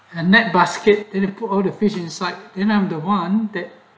and net basket and they put all the fish inside um the one that